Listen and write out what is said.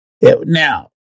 now